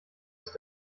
ist